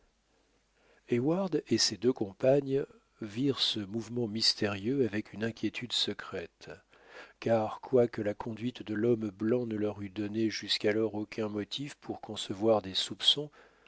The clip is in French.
burns heyward et ses deux compagnes virent ce mouvement mystérieux avec une inquiétude secrète car quoique la conduite de l'homme blanc ne leur eût donné jusqu'alors aucun motif pour concevoir des soupçons